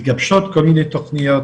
מתגבשות כל מיני תוכניות